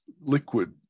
liquid